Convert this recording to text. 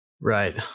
Right